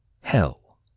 hell